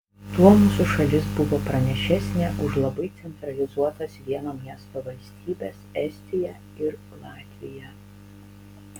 tuo mūsų šalis buvo pranašesnė už labai centralizuotas vieno miesto valstybes estiją ir latviją